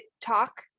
talk